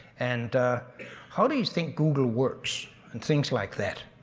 and how do you think google works? and things like that,